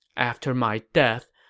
after my death,